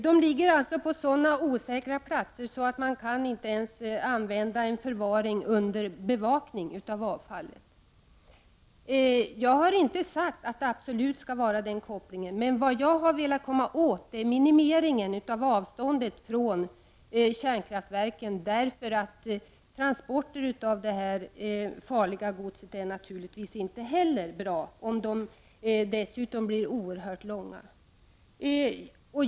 De ligger alltså på sådana osäkra platser att man inte ens kan förvara avfallet där under bevakning. Jag har inte sagt att det absolut skall vara en koppling mellan kärnkraftverk och avfallsförvaring, men vad jag har velat få till stånd är en minimering av avståndet, därför att transporter av det farliga godset naturligtvis inte är bra, allra helst om de dessutom blir oerhört långa.